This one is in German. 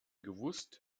gewusst